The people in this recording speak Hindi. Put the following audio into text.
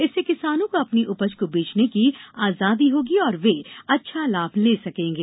इससे किसानों को अपनी उपज को बेचने की आजादी होगी और वे अच्छा लाभ ले सकेंगे